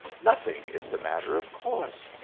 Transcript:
nothing is the matter, of course!